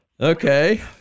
Okay